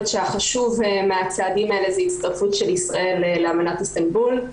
שהחשוב מהצעדים האלה זה הצטרפות של ישראל לאמנת איסטנבול,